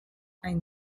ein